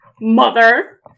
mother